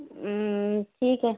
ठीक आहे